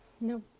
No